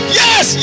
yes